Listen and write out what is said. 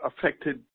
affected